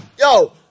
Yo